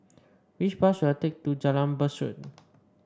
which bus should I take to Jalan Besut